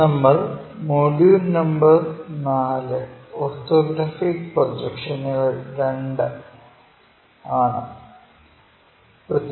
നമ്മൾ module number 4 orthographic പ്രൊജക്ഷനുകൾ II module number 4 Orthographic Projections II ആണ്